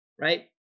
right